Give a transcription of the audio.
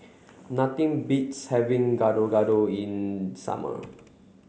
nothing beats having Gado Gado in summer